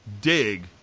dig